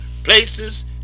places